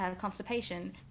constipation